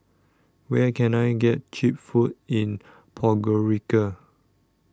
Where Can I get Cheap Food in Podgorica